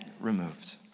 removed